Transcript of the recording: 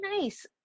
nice